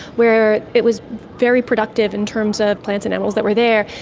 where it was very productive in terms of plants and animals that were there,